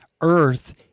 earth